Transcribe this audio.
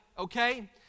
Okay